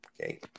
Okay